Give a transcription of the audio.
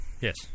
yes